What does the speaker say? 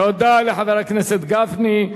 תודה לחבר הכנסת גפני.